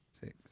six